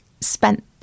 spent